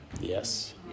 Yes